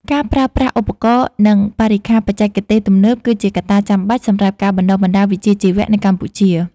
ការប្រើប្រាស់ឧបករណ៍ និងបរិក្ខារបច្ចេកទេសទំនើបគឺជាកត្តាចាំបាច់សម្រាប់ការបណ្តុះបណ្តាលវិជ្ជាជីវៈនៅកម្ពុជា។